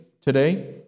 today